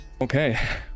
Okay